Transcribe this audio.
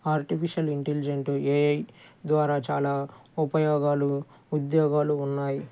artificial intelligent AI ద్వారా చాలా ఉపయోగాలు ఉద్యోగాలు ఉన్నాయి